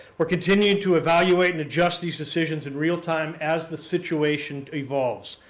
we're continuing to evaluate and adjust these decisions in real time as the situation evolves.